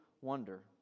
wonder